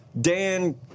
Dan